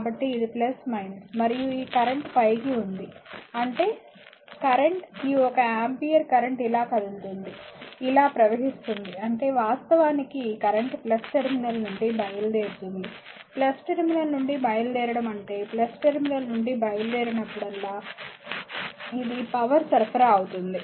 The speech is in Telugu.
కాబట్టి ఇది మరియు ఈ కరెంట్ పైకి ఉంది అంటే కరెంట్ ఈ ఒక ఆంపియర్ కరెంట్ ఇలా కదులుతోంది ఇలా ప్రవహిస్తుంది అంటే వాస్తవానికి ఈ కరెంట్ టెర్మినల్ నుండి బయలుదేరుతుంది టెర్మినల్ నుండి బయలుదేరడం అంటే టెర్మినల్ నుండి బయలుదేరినప్పుడల్లా ఇది పవర్ సరఫరా అవుతుంది